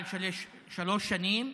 עד שלוש שנים.